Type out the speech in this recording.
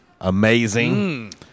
Amazing